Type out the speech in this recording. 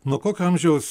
nuo kokio amžiaus